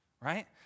right